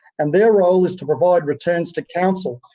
and their role is to provide returns to council.